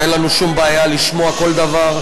ואין לנו שום בעיה לשמוע כל דבר.